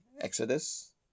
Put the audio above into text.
Exodus